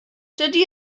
dydy